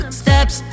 steps